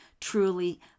truly